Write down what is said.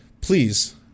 please